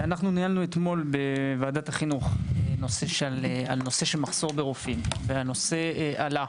אנחנו ניהלנו אתמול בוועדת החינוך על נושא של מחסור ברופאים והנושא עלה,